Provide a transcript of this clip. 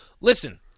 Listen